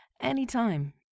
Anytime